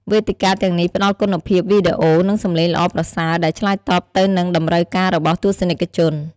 វេទិកាទាំងនេះផ្ដល់គុណភាពវីដេអូ និងសំឡេងល្អប្រសើរ ដែលឆ្លើយតបទៅនឹងតម្រូវការរបស់ទស្សនិកជន។